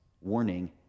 Warning